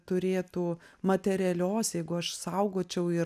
turėtų materialios jeigu aš saugočiau ir